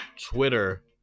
Twitter